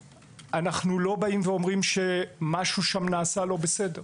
אנחנו לא אומרים שמשהו בסקר החלב נעשה לא בסדר,